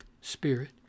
spirit